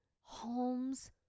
Holmes